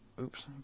oops